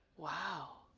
wow.